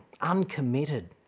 uncommitted